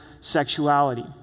sexuality